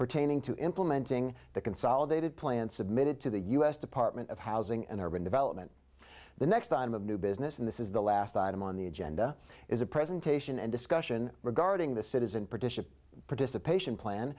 pertaining to implementing the consolidated plan submitted to the u s department of housing and urban development the next item of new business and this is the last item on the agenda is a presentation and discussion regarding the citizen partition participation plan